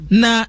na